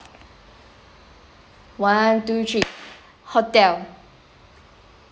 one two three hotel